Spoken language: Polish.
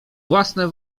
własne